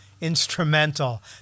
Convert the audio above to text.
instrumental